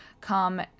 come